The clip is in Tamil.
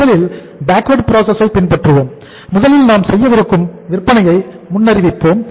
முதலில் பேக்வேர்டு ப்ராசஸ் ஐ பின்பற்றுவோம் முதலில் நாம் செய்யவிருக்கும் விற்பனையை முன்னறிவிப்போம்